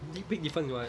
big different in what